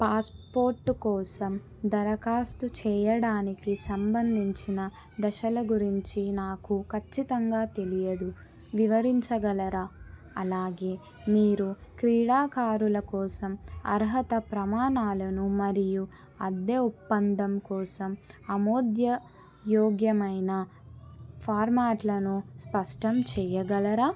passport కోసం దరఖాస్తు చెయ్యడానికి సంబంధించిన దశల గురించి నాకు ఖచ్చితంగా తెలియదు వివరించగలరా అలాగే మీరు క్రీడాకారుల కోసం అర్హత ప్రమాణాలను మరియు అద్దె ఒప్పందం కోసం ఆమోదయోగ్యమైన ఫార్మాట్లను స్పష్టం చెయ్యగలరా